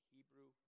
Hebrew